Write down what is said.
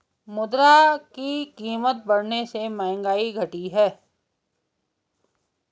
मुद्रा की कीमत बढ़ने से महंगाई घटी है